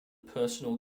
personal